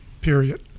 period